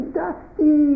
dusty